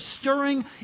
stirring